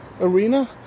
arena